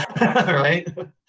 Right